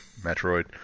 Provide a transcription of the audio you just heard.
Metroid